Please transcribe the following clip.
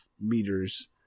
meters